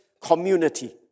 community